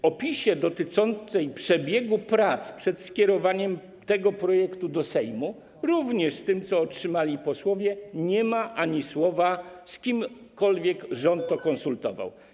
W opisie dotyczącym przebiegu prac przed skierowaniem tego projektu do Sejmu, również z tym, co otrzymali posłowie, nie ma ani słowa, aby z kimkolwiek rząd to konsultował.